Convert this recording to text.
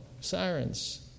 sirens